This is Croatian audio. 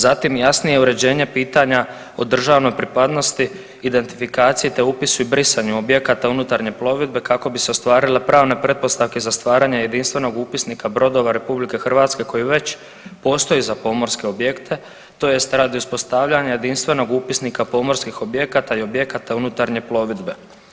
Zatim jasnije uređenje pitanja o državnoj pripadnosti, identifikaciji, te upisu i brisanju objekata unutarnje plovidbe kako bi se ostvarile pravne pretpostavke za staranje jedinstvenog upisnika brodova RH koji već postoji za pomorske objekte tj. radi uspostavljanja jedinstvenog upisnika pomorskih objekata i objekata unutarnje plovidbe.